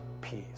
peace